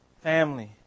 family